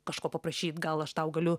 kažko paprašyt gal aš tau galiu